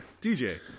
DJ